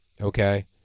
Okay